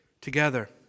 together